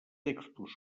textos